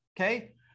okay